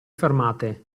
fermate